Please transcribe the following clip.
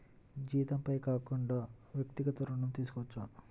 జీతంపై కాకుండా వ్యక్తిగత ఋణం తీసుకోవచ్చా?